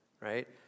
right